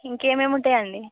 ఇంకా ఏమేమి ఉంటాయండి